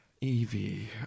Evie